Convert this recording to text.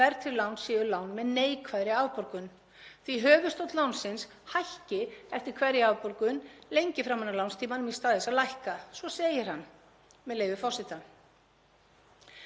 með leyfi forseta: „Lán með neikvæðri afborgun eru bönnuð vegna neytendaverndarsjónarmiða í 25 ríkjum Bandaríkjanna, einkum vegna þess að þau flokkast undir ræningjalán